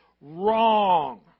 Wrong